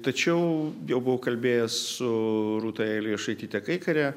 tačiau jau buvo kalbėjęs su rūta elijošaityte kaikare